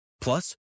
Plus